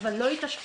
אבל לא התאשפזו.